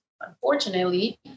unfortunately